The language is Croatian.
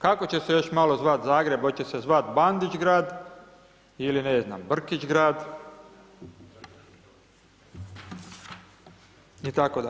Kako će se još malo zvati Zagreb, hoće se zvati Bandićgrad ili ne znam Brkićgrad, itd.